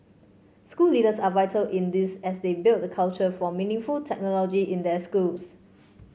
school leaders are vital in this as they build the culture for meaningful technology in their schools